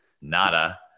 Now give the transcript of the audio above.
nada